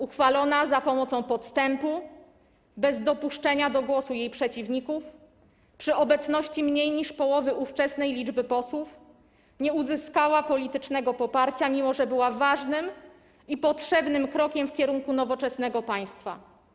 Uchwalona za pomocą podstępu, bez dopuszczenia do głosu jej przeciwników, przy obecności mniej niż połowy ówczesnej liczby posłów, nie uzyskała politycznego poparcia, mimo że była ważnym i potrzebnym krokiem w kierunku nowoczesnego państwa.